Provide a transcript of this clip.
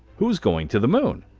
who is going to the moon?